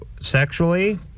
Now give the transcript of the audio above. sexually